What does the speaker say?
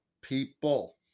people